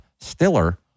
Stiller